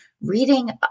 reading